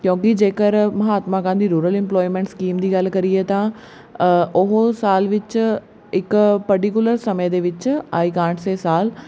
ਕਿਉਂਕਿ ਜੇਕਰ ਮਹਾਤਮਾ ਗਾਂਧੀ ਦੀ ਰੂਰਲ ਇੰਪਲੋਇਮੈਂਟ ਸਕੀਮ ਗੱਲ ਕਰੀਏ ਤਾਂ ਉਹ ਸਾਲ ਵਿੱਚ ਇੱਕ ਪਰਟੀਕੁਲਰ ਸਮੇਂ ਦੇ ਵਿੱਚ ਆਈ ਕਾਂਟ ਸੇ ਸਾਲ